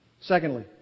secondly